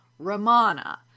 Ramana